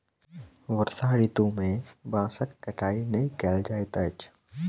वर्षा ऋतू में बांसक कटाई नै कयल जाइत अछि